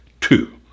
two